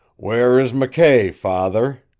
where is mckay, father?